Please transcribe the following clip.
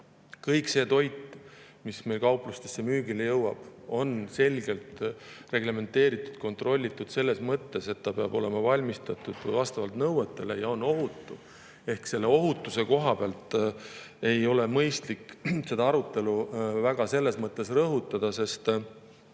Kogu see toit, mis meil kauplustesse müügile jõuab, on selgelt reglementeeritud ja kontrollitud selles mõttes, et see peab olema valmistatud vastavalt nõuetele ja on ohutu. Ehk ohutuse koha pealt ei ole mõistlik seda arutelu väga [pidada], sest